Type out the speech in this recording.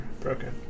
broken